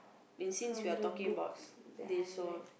been since we are talking about this so